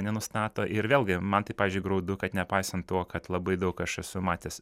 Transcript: nenustato ir vėlgi man tai pavyzdžiui graudu kad nepaisant to kad labai daug aš esu matęs